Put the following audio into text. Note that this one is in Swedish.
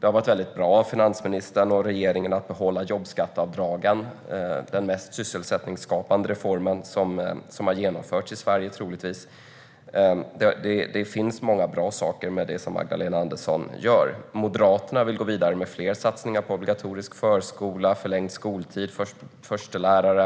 Det har varit bra att finansministern och regeringen har behållit jobbskatteavdragen, som troligtvis är den mest sysselsättningsskapande reform som har genomförts i Sverige. Det finns många bra saker med det som Magdalena Andersson gör. Moderaterna vill gå vidare med fler satsningar på obligatorisk förskola, förlängd skoltid och förstelärare.